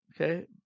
Okay